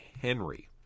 Henry